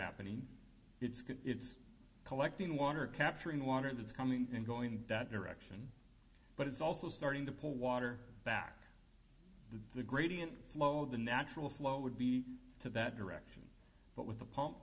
happening it's collecting water capturing the water that's coming and going in that direction but it's also starting to pull water back to the gradient flow of the natural flow would be to that direction but with the pump